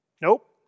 Nope